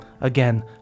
again